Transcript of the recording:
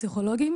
פסיכולוגים